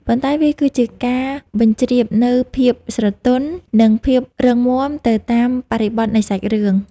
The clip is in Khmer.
ប៉ុន្តែវាគឺជាការបញ្ជ្រាបនូវភាពស្រទន់ និងភាពរឹងមាំទៅតាមបរិបទនៃសាច់រឿង។